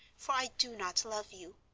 for i do not love you.